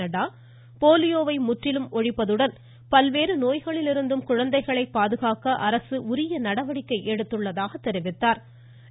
நட்டா போலியோவை முற்றிலும் ஒழிப்பதுடன் பல்வேறு நோய்களிலிருந்தும் குழந்தைகளை பாதுகாக்க அரசு உரிய நடவடிக்கை எடுத்துள்ளதாக தெரிவித்தாா்